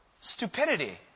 stupidity